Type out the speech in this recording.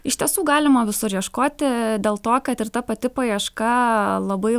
iš tiesų galima visur ieškoti dėl to kad ir ta pati paieška labai